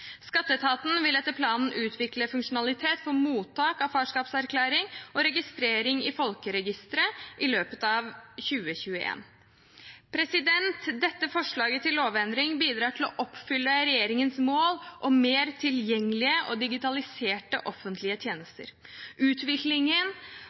Skatteetaten vil etter planen utvikle funksjonalitet for mottak av farskapserklæring og registrering i folkeregisteret i løpet av 2021. Dette forslaget til lovendring bidrar til å oppfylle regjeringens mål om mer tilgjengelige og digitaliserte offentlige